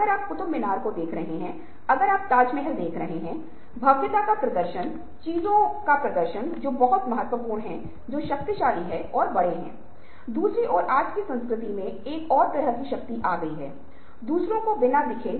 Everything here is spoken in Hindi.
तब आप क्या करते हैं आपको कर्मचारियों की उपस्थिति रजिस्टर की जांच और प्रकार की जाँच करके इसे मान्य करना होगा